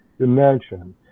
dimension